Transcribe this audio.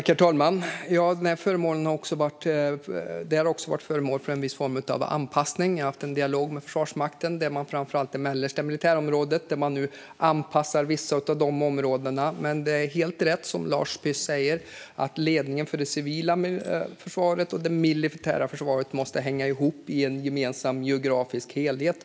Herr talman! Det har också varit föremål för en viss form av anpassning. Jag har haft en dialog med Försvarsmakten. Man anpassar nu vissa av områdena i fråga om framför allt det mellersta militärområdet. Men det som Lars Püss säger är helt rätt: Ledningen för det civila försvaret och det militära försvaret måste hänga ihop i en gemensam geografisk helhet.